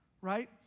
right